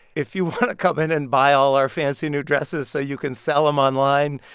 if you want to come in and buy all our fancy new dresses so you can sell them online,